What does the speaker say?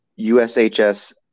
USHS